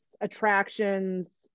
attractions